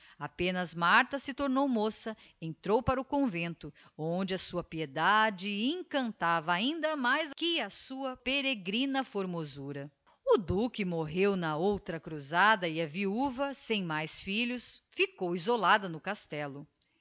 apenas martha se tornou moça entrou para o convento onde a sua piedade encantava ainda mais que a sua peregrina formosura o duque morreu na outra cruzada e a viuva sem mais filhos ficou isolada no castello